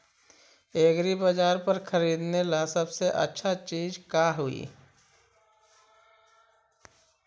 एग्रीबाजार पर खरीदने ला सबसे अच्छा चीज का हई?